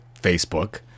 Facebook